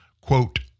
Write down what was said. quote